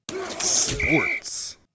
Sports